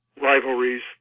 rivalries